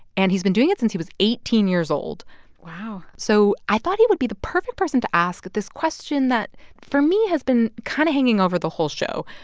and he's been doing it since he was eighteen years old wow so i thought he would be the perfect person to ask this question that, for me, has been kind of hanging over the whole show,